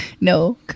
no